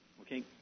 Okay